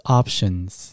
options